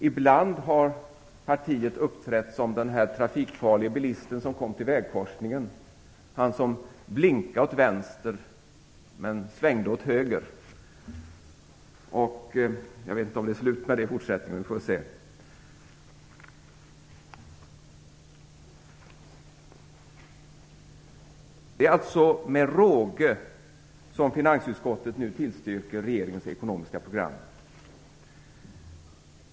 Ibland har partiet uppträtt som den trafikfarliga bilisten som kom till vägkorsningen och blinkade åt vänster men svängde åt höger. Jag vet inte om det är slut med det nu. Vi får väl se. Det är alltså med råge som finansutskottet nu tillstyrker regeringens ekonomiska program.